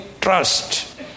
trust